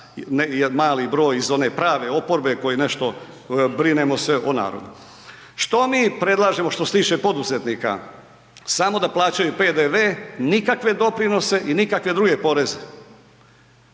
mali broj iz one prave oporbe koji nešto, brinemo se o narodu. Što mi predlažemo što se tiče poduzetnika? Samo da plaćaju PDV, nikakve doprinose i nikakve druge poreze.